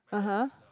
(uh huh)